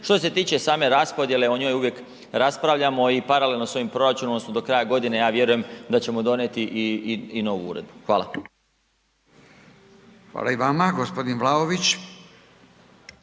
Što se tiče same raspodjele o njoj uvijek raspravljamo i paralelno s ovim proračunom odnosno do kraja godine ja vjerujem da ćemo donijeti i novu uredbu. Hvala. **Radin, Furio